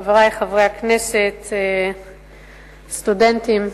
חברי חברי הכנסת, סטודנטים,